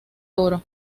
oro